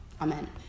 Amen